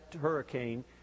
hurricane